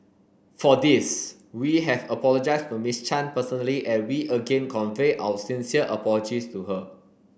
for this we have apologised to Miss Chan personally and we again convey our sincere apologies to her